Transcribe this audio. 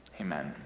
amen